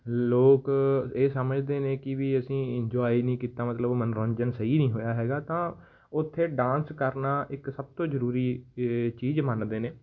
ਲੋਕ ਇਹ ਸਮਝਦੇ ਨੇ ਕਿ ਵੀ ਅਸੀਂ ਇੰਜੋਏ ਨਹੀਂ ਕੀਤਾ ਮਤਲਬ ਮਨੋਰੰਜਨ ਸਹੀ ਨਹੀਂ ਹੋਇਆ ਹੈਗਾ ਤਾਂ ਉੱਥੇ ਡਾਂਸ ਕਰਨਾ ਇੱਕ ਸਭ ਤੋਂ ਜ਼ਰੂਰੀ ਚੀਜ਼ ਮੰਨਦੇ ਨੇ